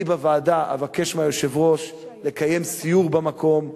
אני בוועדה אבקש מהיושב-ראש לקיים סיור במקום,